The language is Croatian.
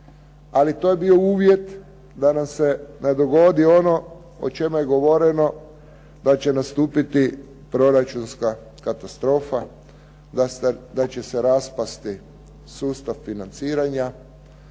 ali to je bilo uvjet da nam se ne dogodi ono o čemu je govoreno da će nastupiti proračunska katastrofa, da će se raspasti sustav financiranja